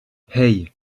hey